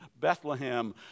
Bethlehem